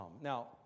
Now